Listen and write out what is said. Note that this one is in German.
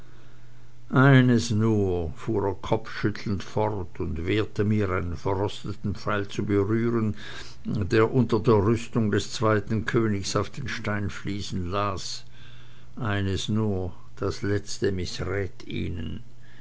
eines nur fuhr er kopfschüttelnd fort und wehrte mir einen verrosteten pfeil zu berühren der unter der rüstung des zweiten königs auf den steinfliesen lag eines nur das letzte mißrät ihnen